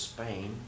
Spain